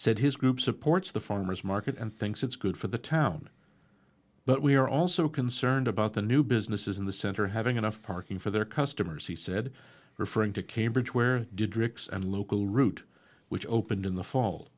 said his group supports the farmers market and thinks it's good for the town but we are also concerned about the new businesses in the center having enough parking for their customers he said referring to cambridge where did rick's and local route which opened in the fall